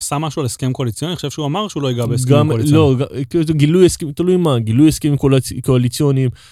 הוא עשה משהו על הסכם קוליציוני אני חושב שהוא אמר שהוא לא יגע בהסכם קוליציוני, גם, לא, כאילו זה גילוי הסכם, תלוי מה, גילוי הסכם קוליציוניים.